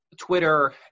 Twitter